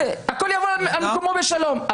והכול יבוא על מקומו בשלום.